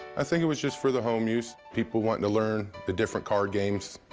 i think it was just for the home use, people wanting to learn the different card games.